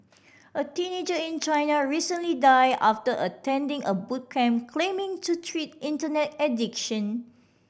a teenager in China recently died after attending a boot camp claiming to treat Internet addiction